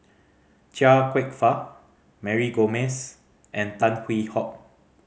Chia Kwek Fah Mary Gomes and Tan Hwee Hock